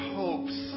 hopes